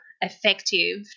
effective